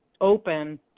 open